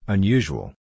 Unusual